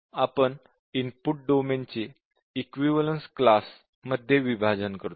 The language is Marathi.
आपण इनपुट डोमेन चे इक्विवलेन्स क्लास मध्ये विभाजन करतो